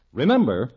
Remember